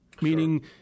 meaning